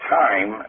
time